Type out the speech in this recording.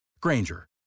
Granger